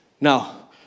Now